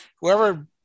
whoever